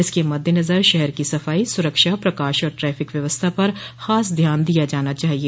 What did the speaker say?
इसके मद्देनजर शहर की सफाई सुरक्षा प्रकाश और ट्रैफिक व्यवस्था पर खास ध्यान दिया जाना चाहिए